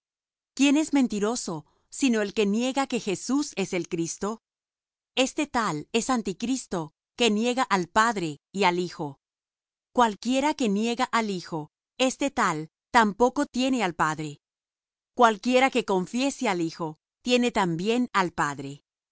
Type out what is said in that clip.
quién es mentiroso sino el que niega que jesús es el cristo este tal es anticristo que niega al padre y al hijo cualquiera que niega al hijo este tal tampoco tiene al padre cualquiera que confiese al hijo tiene también al padre